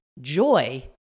joy